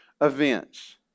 events